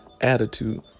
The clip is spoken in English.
attitude